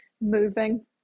moving